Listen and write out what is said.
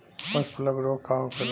पशु प्लग रोग का होखेला?